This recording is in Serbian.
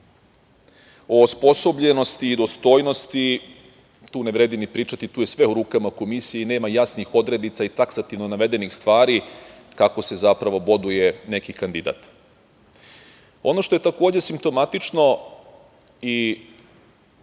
osposobljenosti i dostojnosti, tu ne vredi ni pričati, tu je sve u rukama Komisije i nema jasnih odrednica i taksativno navedenih stvari kako se zapravo boduje neki kandidat. Ono što je, takođe, simptomatično i